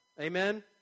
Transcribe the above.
Amen